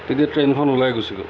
তেতিয়া ট্ৰেইনখন ওলাই গুচি গ'ল